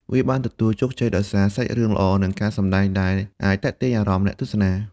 វាបានទទួលជោគជ័យដោយសារសាច់រឿងល្អ និងការសម្ដែងដែលអាចទាក់ទាញអារម្មណ៍អ្នកទស្សនា។